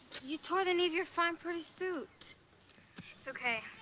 you tore the knee of your fine, pretty suit. it's okay.